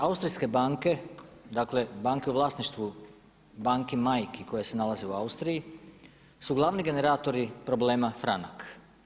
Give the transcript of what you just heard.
Austrijske banke dakle banke u vlasništvu banki majki koje se nalaze u Austriji su glavni generatori problema franak.